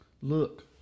Look